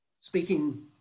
speaking